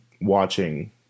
watching